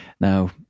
now